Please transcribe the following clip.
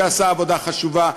שעשה עבודה חשובה,